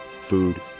Food